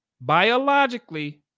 biologically